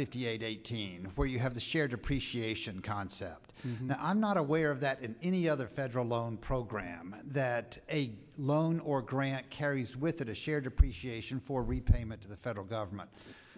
fifty eight eighteen where you have the shared appreciation concept and i'm not aware of that in any other federal loan program that a loan or grant carries with it a shared appreciation for repayment to the federal government